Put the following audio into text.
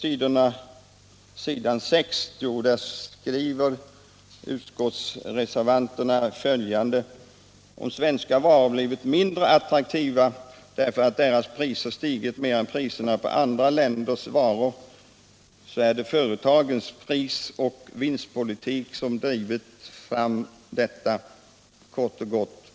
Överst på s. 60 skriver utskottsreservanterna följande: ”Om svenska varor blivit mindre attraktiva därför att deras priser stigit mer än priserna på andra länders varor, så är det företagens prisoch vinstpolitik som drivit fram detta.